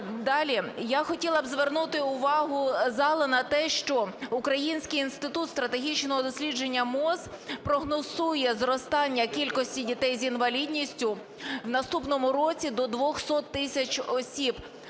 б хотіла звернути увагу зали на те, що Український інститут стратегічного дослідження МОЗ прогнозує зростання кількості дітей з інвалідністю в наступному році до 200 тисяч осіб.